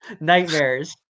nightmares